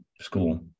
school